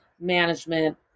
management